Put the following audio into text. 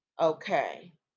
Okay